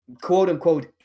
quote-unquote